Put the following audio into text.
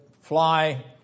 fly